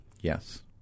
Yes